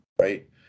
right